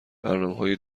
برنامههای